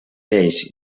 lleis